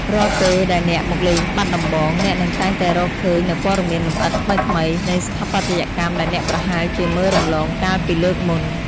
រាល់ពេលដែលអ្នកមកលេងបាត់ដំបង អ្នកនឹងតែងតែរកឃើញនូវព័ត៌មានលម្អិតថ្មីៗនៃស្ថាបត្យកម្មដែលអ្នកប្រហែលជាមើលរំលងកាលពីលើកមុន។